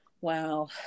wow